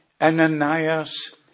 Ananias